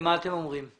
מה אתם אומרים?